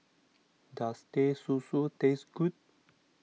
does Teh Susu taste good